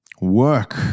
Work